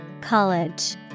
College